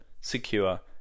secure